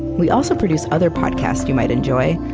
we also produce other podcasts you might enjoy,